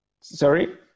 sorry